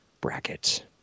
bracket